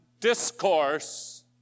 discourse